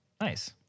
Nice